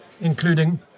including